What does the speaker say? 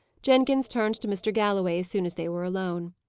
jenkins turned to mr. galloway as soon as they were alone.